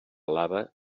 lava